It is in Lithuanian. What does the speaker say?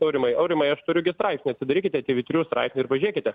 aurimai aurimai aš turiu gi straipsnį atsidarykite tv trijų straipsnį ir pažiūrėkite